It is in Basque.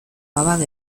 abade